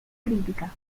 crítica